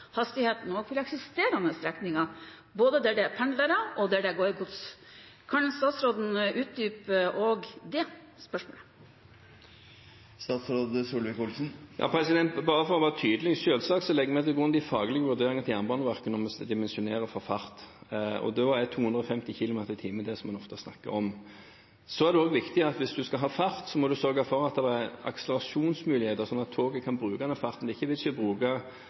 hastigheten også for eksisterende strekninger, både der det er pendlere og der det går gods. Kan statsråden utdype også det spørsmålet? Bare for å være tydelig: Selvsagt legger vi til grunn de faglige vurderingene til Jernbaneverket når vi skal dimensjonere for fart, og da er 250 km/t det som en ofte snakker om. Så er det også viktig at hvis en skal ha fart, må en sørge for at det er akselerasjonsmuligheter, slik at toget kan bruke den farten. Det